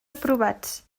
aprovats